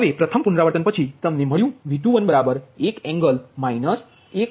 તેથી પ્રથમ પુનરાવર્તન પછી તમને મળ્યું V21બરાબર 1 એંગલ 1